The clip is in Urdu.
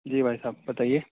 جی بھائی صاحب بتائیے